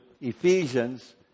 Ephesians